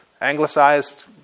Anglicized